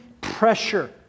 pressure